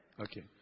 Okay